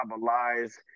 lies